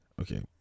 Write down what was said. Okay